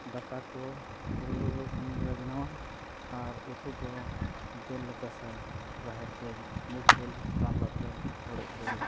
ᱫᱟᱠᱟ ᱠᱚ ᱦᱩᱲᱩ ᱠᱷᱚᱱ ᱜᱮᱞᱮ ᱵᱮᱱᱟᱣᱟ ᱟᱨ ᱩᱛᱩ ᱫᱚ ᱫᱟᱹᱞᱮ ᱪᱟᱥᱟ ᱨᱟᱦᱮᱲ ᱫᱟᱹᱞ ᱢᱩᱜᱽ ᱫᱟᱹᱞ ᱨᱟᱸᱵᱽᱲᱟ ᱫᱟᱹᱞ ᱦᱚᱲᱮᱡ ᱫᱟᱹᱞ